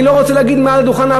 אני לא רוצה להגיד מעל הדוכן,